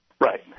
Right